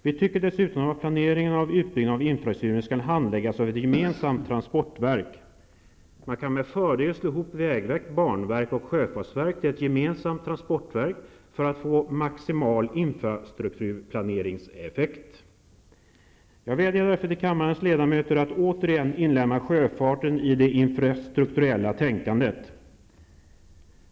Vi tycker dessutom att planeringen av utbyggnaden av infrastrukturen skall handläggas av ett gemensamt transportverk. Man kan med fördel slå ihop vägverket, banverket och sjöfartsverket till ett gemensamt transportverk för att få maximal infrastrukturplaneringseffekt. Jag vädjar därför till kammarens ledamöter att återigen inlemma sjöfarten i det infrastrukturella tänkandet.